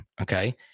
Okay